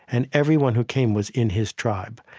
and everyone who came was in his tribe.